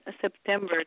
September